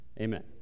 Amen